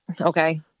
Okay